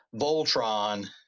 Voltron